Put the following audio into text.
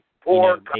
Poor